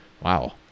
wow